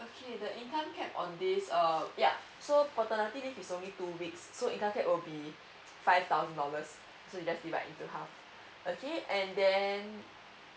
okay the income cap on this um yeah so paternity leave is only two weeks so income cap will be five thousand dollars so you just divide into half okay and then